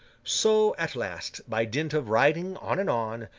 so, at last, by dint of riding on and on,